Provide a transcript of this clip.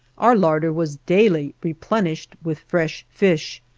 our larder was daily replenished with fresh fish,